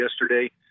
yesterday